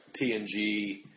TNG